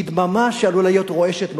היא דממה שעלולה להיות רועשת מאוד,